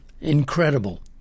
Incredible